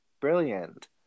Brilliant